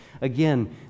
Again